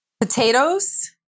potatoes